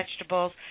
vegetables